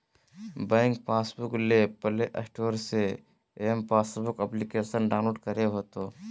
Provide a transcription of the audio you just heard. bank passbook ले play store से M passbook application download करे होतो